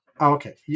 Okay